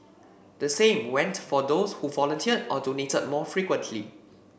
the same went for those who volunteered or donated more frequently